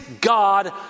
God